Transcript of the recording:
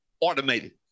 automated